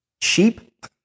sheep